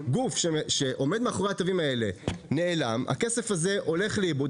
גוף שעומד מאחורי התווים האלה נעלם הכסף הזה הולך לאיבוד.